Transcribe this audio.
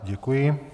Děkuji.